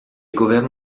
governo